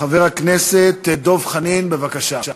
חבר הכנסת דב חנין, בבקשה.